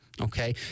okay